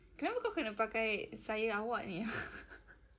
kenapa kau kena pakai saya awak ini ah